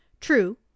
True